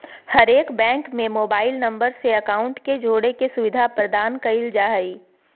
हरेक बैंक में mobile number से अकाउंट के जोड़े के सुविधा प्रदान कईल जा हइ